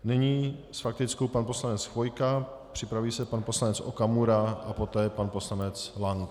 Nyní s faktickou pan poslanec Chvojka, připraví se pan poslanec Okamura a poté pan poslanec Lank.